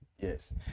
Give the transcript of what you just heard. Yes